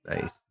Nice